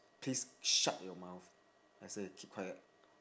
please shut your mouth I said keep quiet